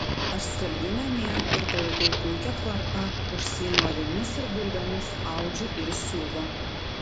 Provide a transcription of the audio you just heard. aš skalbiu namie ir palaikau puikią tvarką užsiimu avimis ir bulvėmis audžiu ir siuvu